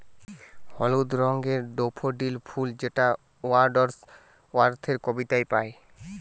হলুদ রঙের ডেফোডিল ফুল যেটা ওয়ার্ডস ওয়ার্থের কবিতায় পাই